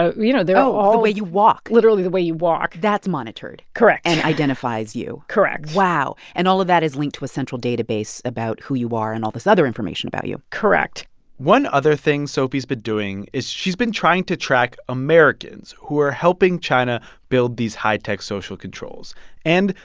ah you know, there way you walk literally the way you walk that's monitored. correct. and identifies you correct wow. and all of that is linked to a central database about who you are and all this other information about you correct one other thing sophie's been doing is she's been trying to track americans who are helping china build these high-tech social controls and,